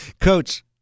Coach